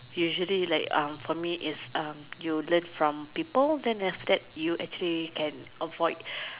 usually like um for me is um you learn from people then after that you actually can avoid